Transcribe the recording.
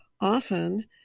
Often